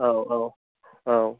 औ औ औ